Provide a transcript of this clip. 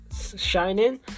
shining